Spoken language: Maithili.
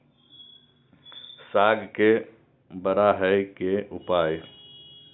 साग के बड़ा है के उपाय?